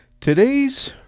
Today's